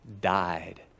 died